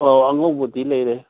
ꯑꯣ ꯑꯉꯧꯕꯗꯤ ꯂꯩꯔꯦ